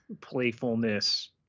playfulness